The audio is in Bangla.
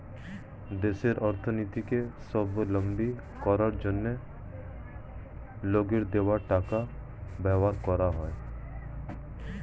দেশের অর্থনীতিকে স্বাবলম্বী করার জন্য লোকের দেওয়া ট্যাক্স ব্যবহার করা হয়